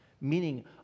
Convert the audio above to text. meaning